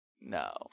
No